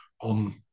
on